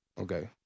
Okay